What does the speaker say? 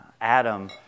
Adam